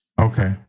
Okay